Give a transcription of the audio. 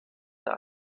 der